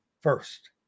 first